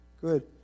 Good